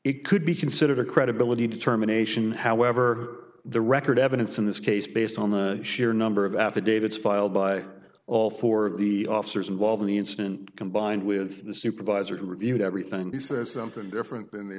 it could be considered a credibility determination however the record evidence in this case based on the sheer number of affidavits filed by all four of the officers involved in the incident combined with the supervisor who reviewed everything he says something different than the